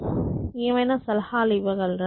ఎమైనా సలహాలు ఇవ్వగలరా